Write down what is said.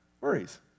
worries